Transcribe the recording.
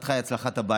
הצלחתך היא הצלחת הבית,